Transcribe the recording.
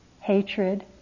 hatred